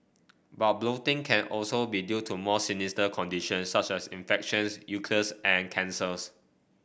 but bloating can also be due to more sinister conditions such as infections ulcers and cancers